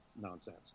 nonsense